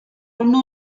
una